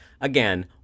Again